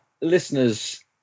listeners